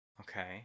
Okay